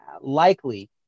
Likely